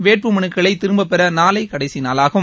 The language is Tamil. வேட்புமனுக்களை திரும்பப்பெற நாளை கடைசி நாளாகும்